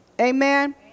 amen